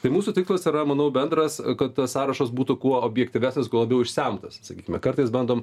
tai mūsų tikslas yra manau bendras kad tas sąrašas būtų kuo objektyvesnis kuo labiau išsemtas sakykime kartais bandom